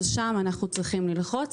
שם אנחנו צריכים ללחוץ.